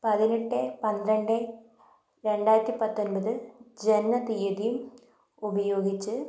പതിനെട്ട് പന്ത്രണ്ട് രണ്ടായിരത്തി പത്തൊൻപത് ജനന തീയതിയും ഉപയോഗിച്ച്